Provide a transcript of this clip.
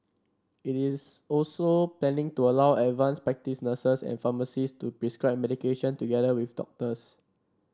it is also planning to allow advanced practice nurses and pharmacists to prescribe medication together with doctors